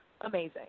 amazing